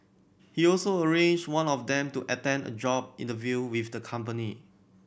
he also arranged one of them to attend a job interview with the company